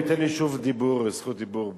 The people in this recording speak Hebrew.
הוא ייתן לי שוב זכות דיבור בסוף.